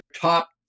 top